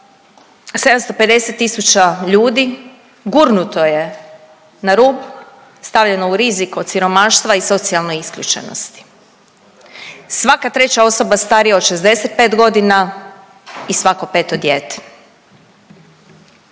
750 tisuća ljudi gurnuto je na rub, stavljeno u rizik od siromaštva i socijalne isključenosti, svaka treća osoba starija od 65 godina i svako peto dijete.